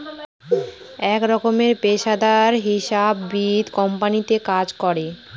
এক রকমের পেশাদার হিসাববিদ কোম্পানিতে কাজ করে